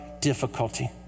difficulty